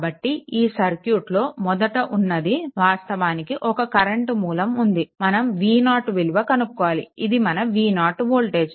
కాబట్టి ఈ సర్క్యూట్లో మొదట ఉన్నది వాస్తవానికి ఒక కరెంట్ మూలం ఉంది మనం v0 విలువ కనుక్కోవాలి ఇది మన v0 వోల్టేజ్